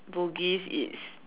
Bugis is